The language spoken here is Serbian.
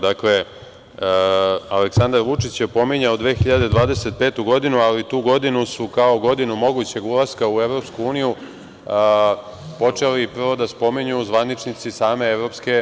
Dakle, Aleksandar Vučić je pominjao 2025. godinu, ali tu godinu su kao godinu mogućeg ulaska u EU počeli prvo da spominju zvaničnici same EU.